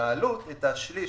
מהעלות את השליש